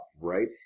right